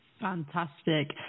Fantastic